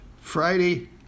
Friday